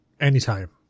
anytime